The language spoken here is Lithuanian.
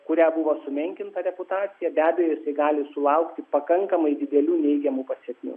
kuria buvo sumenkinta reputacija be abejo jisai gali sulaukti pakankamai didelių neigiamų pasekmių